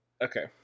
Okay